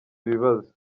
ibibazo